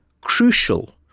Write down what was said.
crucial